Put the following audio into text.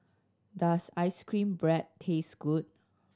does ice cream bread taste good